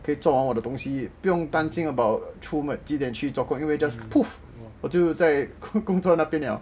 给做完我的东西不用担心 about 出门几点去做工因为 just poof 我就在工作那边 liao